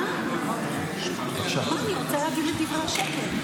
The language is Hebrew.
אורית פרקש הכהן (המחנה הממלכתי): אני רוצה להגיב ל"דברי השקר".